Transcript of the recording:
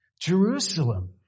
Jerusalem